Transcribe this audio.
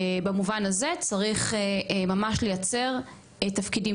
במובן הזה - צריך ממש לייצר תפקידים